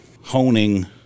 honing